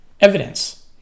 evidence